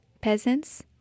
Peasants